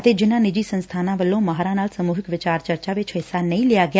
ਅਤੇ ਜਿਨ੍ਹਾ ਨਿੱਜੀ ਸੰਸਬਾਨਾਂ ਵੱਲੋਂ ਮਾਹਿਰਾਂ ਨਾਲ ਸਮੁਹਿਕ ਵਿਚਾਰ ਚਰਚਾ ਵਿਚ ਹਿੱਸਾ ਨਹੀਂ ਲਿਆ ਗਿਆ